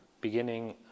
beginning